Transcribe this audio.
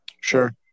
sure